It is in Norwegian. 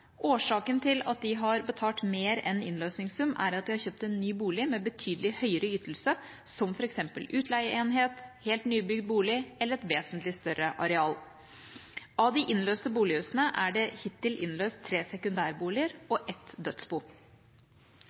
Årsaken til at de har betalt mer enn innløsningssum, er at de har kjøpt en ny bolig med betydelig høyere ytelse, som f.eks. utleieenhet, helt nybygd bolig eller et vesentlig større areal. Av de innløste bolighusene er det hittil innløst tre sekundærboliger og et dødsbo.